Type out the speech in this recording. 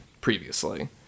previously